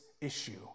issue